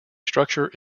structure